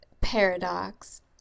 paradox